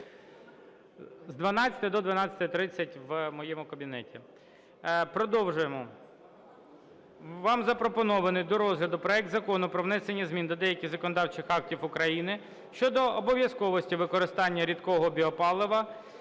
з 12 до 12:30 в моєму кабінеті. Продовжуємо. Вам запропонований до розгляду проект Закону про внесення змін до деяких законодавчих актів України щодо обов'язковості використання рідкого біопалива